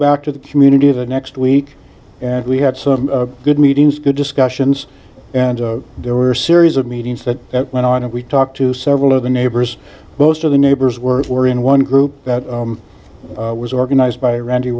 back to the community the next week and we had some good meetings good discussions and there were a series of meetings that went on and we talked to several of the neighbors most of the neighbors were were in one group that was organized by randy